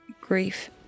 Grief